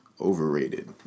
Overrated